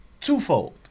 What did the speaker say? twofold